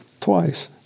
twice